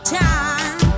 time